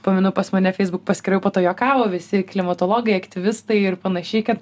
pamenu pas mane feisbuk paskyroje po to juokavo visi klimatologai aktyvistai ir panašiai kad